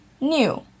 new